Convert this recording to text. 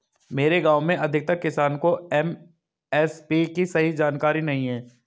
मेरे गांव में अधिकतर किसान को एम.एस.पी की सही जानकारी नहीं है